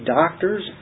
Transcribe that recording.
doctors